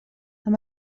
amb